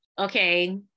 okay